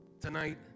tonight